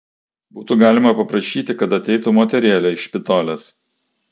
būtų galima paprašyti kad ateitų moterėlė iš špitolės